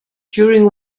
during